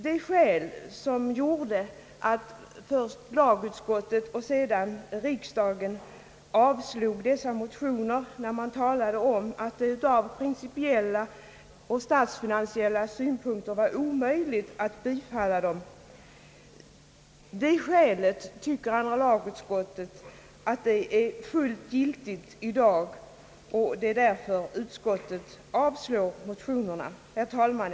De skäl, som tidigare åberopades när först andra lagutskottet avstyrkte motionerna och sedan riksdagen avslog dem och som innebar att det ur principiella och statsfinansiella synpunkter var omöjligt att tillmötesgå motionsyrkandet, anser andra lagutskottet vara fullt giltiga även i dag och avstyrker därför motionerna. Herr talman!